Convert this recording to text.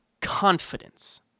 confidence